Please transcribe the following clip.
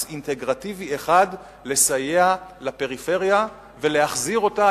אינטגרטיבי אחד לסייע לפריפריה ולהחזיר אותה,